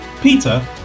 Peter